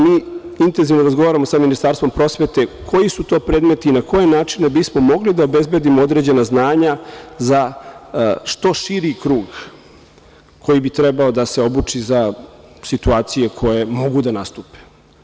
Mi intenzivno razgovaramo sa Ministarstvom prosvete koji su to predmeti, na koje načine bi smo mogli da obezbedimo određena znanja za što širi krug koji bi trebao da se obuči za situacije koje mogu da nastupe.